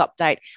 update